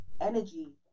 energy